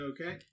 Okay